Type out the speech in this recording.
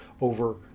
over